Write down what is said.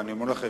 ואני אומר לכם,